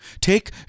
Take